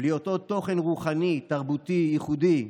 בלי אותו תוכן רוחני-תרבותי ייחודי,